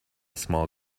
small